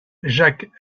jacques